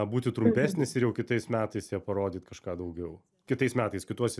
būti trumpesnis ir jau kitais metais jie parodyt kažką daugiau kitais metais kituose